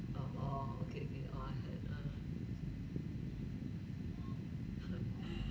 oh okay okay oh I heard ah